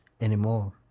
anymore